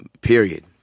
period